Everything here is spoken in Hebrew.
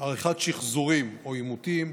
עריכת שחזורים או עימותים,